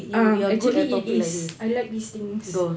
ah actually it is I like this things